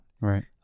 Right